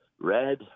Red